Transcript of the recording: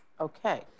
Okay